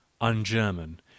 un-German